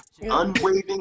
unwavering